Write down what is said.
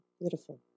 Beautiful